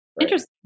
Interesting